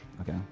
Okay